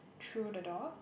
through the door